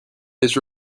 his